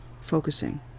focusing